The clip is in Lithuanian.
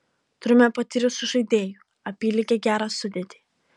turime patyrusių žaidėjų apylygę gerą sudėtį